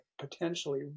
potentially